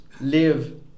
live